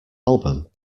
album